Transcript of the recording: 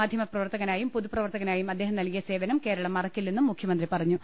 മാധ്യമ പ്രവർത്തകനായും പൊതു പ്രവർത്തകനായും അദ്ദേഹം നൽകിയ സേവനം കേരളം മറക്കില്ലെന്നും മുഖ്യമന്ത്രി പറഞ്ഞു